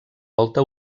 volta